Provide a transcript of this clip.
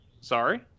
Sorry